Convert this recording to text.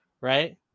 right